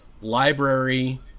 library